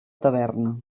taverna